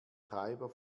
treiber